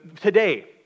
today